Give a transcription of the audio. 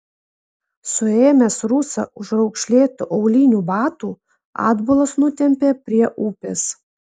suėmęs rusą už raukšlėtų aulinių batų atbulas nutempė prie upės